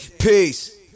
peace